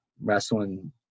wrestling